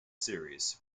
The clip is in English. series